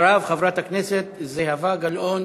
אחריו, חברת הכנסת זהבה גלאון